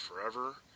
Forever